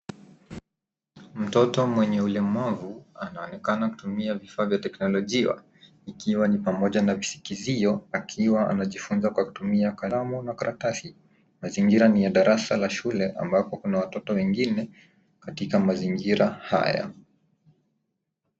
Mtoto mwenye ulemavu, anaonekana kutumia vifaa vya teknolojia, ikiwa ni pamoja na visikizio akiwa anajifunza kwa kutumia kalamu na karatasi. Mazingira ni ya darasa la shule, ambapo kuna watoto wengine katika mazingira haya.